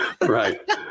right